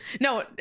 No